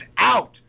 out